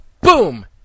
Boom